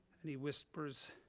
and he whispers.